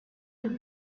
doute